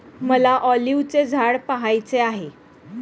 मला ऑलिव्हचे झाड पहायचे आहे